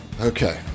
okay